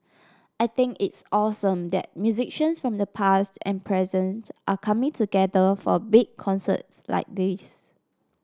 I think it's awesome that musicians from the past and present are coming together for a big concert like this